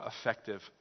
effective